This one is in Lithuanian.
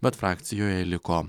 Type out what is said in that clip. bet frakcijoje liko